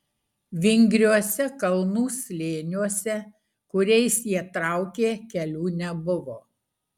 vingriuose kalnų slėniuose kuriais jie traukė kelių nebuvo